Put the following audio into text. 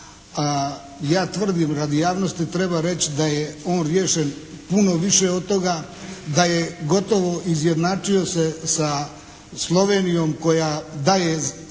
Ja tvrdim, radi javnosti treba reći da je on riješen puno više od toga, da je gotovo izjednačio se sa Slovenijom koja daje 18